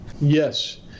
Yes